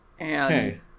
okay